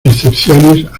excepciones